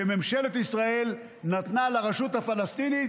שממשלת ישראל נתנה לרשות הפלסטינית